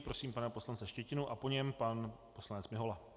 Prosím pana poslance Štětinu a po něm pan poslanec Mihola.